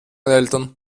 eltern